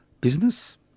business